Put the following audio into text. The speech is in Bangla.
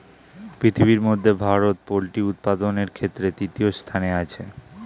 পৃথিবীর মধ্যে ভারত পোল্ট্রি উপাদানের ক্ষেত্রে তৃতীয় স্থানে আছে